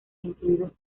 incluidos